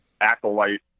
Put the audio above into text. acolyte